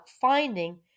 finding